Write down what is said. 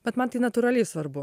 bet man tai natūraliai svarbu